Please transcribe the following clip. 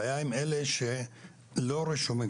הבעיה היא עם אלה שלא רשומים,